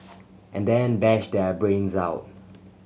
and then bash their brains out